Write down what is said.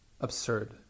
absurd